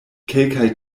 kelkaj